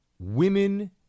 Women